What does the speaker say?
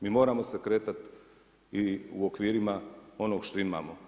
Mi moramo se kretati i u okvirima onog što imamo.